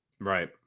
Right